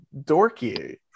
dorky